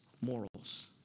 morals